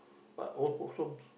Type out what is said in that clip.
but old folks home